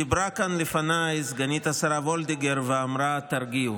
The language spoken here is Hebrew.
דיברה כאן לפניי סגנית השר וולדיגר ואמרה: תרגיעו.